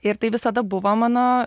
ir tai visada buvo mano